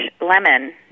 lemon